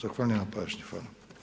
Zahvaljujem na pažnji, hvala.